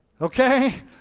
okay